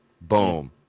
boom